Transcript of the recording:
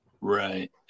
Right